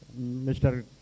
Mr